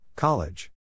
College